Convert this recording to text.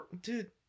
Dude